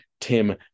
Tim